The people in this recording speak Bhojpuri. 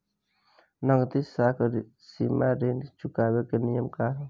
नगदी साख सीमा ऋण चुकावे के नियम का ह?